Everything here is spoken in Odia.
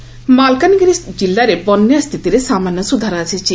ବନ୍ୟା ସ୍କିତି ମାଲକାନଗିରି କିଲ୍ଲାରେ ବନ୍ୟାସ୍ତିତିରେ ସାମାନ୍ୟ ସୁଧାର ଆସିଛି